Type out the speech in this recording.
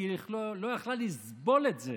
כי היא לא יכלה לסבול את זה